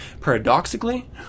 Paradoxically